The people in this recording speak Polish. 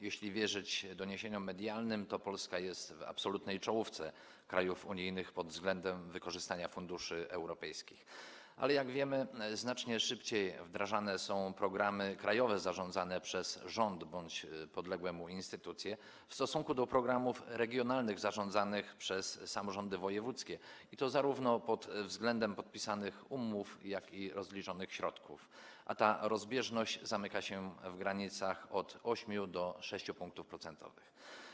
Jeśli wierzyć doniesieniom medialnym, to Polska jest w absolutnej czołówce krajów unijnych pod względem wykorzystania funduszy europejskich, ale, jak wiemy, znacznie szybciej wdrażane są programy krajowe zarządzane przez rząd bądź podległe mu instytucje niż programy regionalne zarządzane przez samorządy wojewódzkie, i to zarówno pod względem podpisanych umów, jak i rozliczonych środków, a ta rozbieżność zamyka się w granicach od 6 do 8 punktów procentowych.